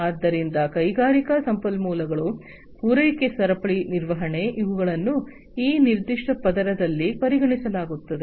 ಆದ್ದರಿಂದ ಕೈಗಾರಿಕಾ ಸಂಪನ್ಮೂಲಗಳು ಪೂರೈಕೆ ಸರಪಳಿ ನಿರ್ವಹಣೆ ಇವುಗಳನ್ನು ಈ ನಿರ್ದಿಷ್ಟ ಪದರದಲ್ಲಿ ಪರಿಗಣಿಸಲಾಗುತ್ತದೆ